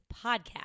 podcast